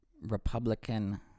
Republican